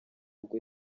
ubwo